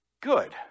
Good